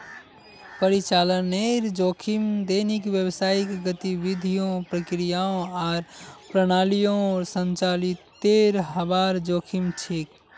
परिचालनेर जोखिम दैनिक व्यावसायिक गतिविधियों, प्रक्रियाओं आर प्रणालियोंर संचालीतेर हबार जोखिम छेक